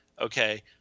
okay